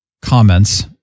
comments